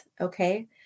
okay